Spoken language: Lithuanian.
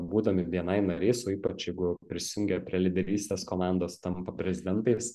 būdami bni nariais o ypač jeigu prisijungę prie lyderystės komandos tampa prezidentais